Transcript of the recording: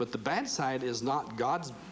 with the bad side is not god